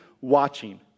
watching